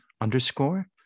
underscore